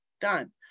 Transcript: done